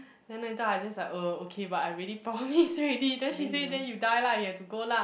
then later I just like uh okay but I already promised already then she said then you die lah you have to go lah